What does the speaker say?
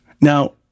Now